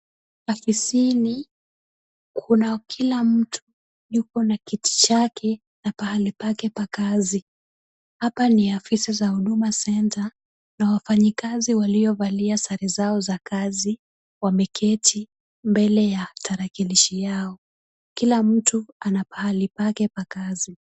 Afisini kuna kila mtu yuko na kiti chake na pahali pake pa kazi, hapa ni ofisi za huduma center na wafanyikazi waliovalia sare zao za kazi wameketi mbele ya tarakilishi yao, kila mtu ana pahali pake pa kazi.